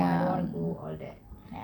ya